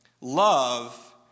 Love